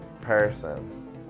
person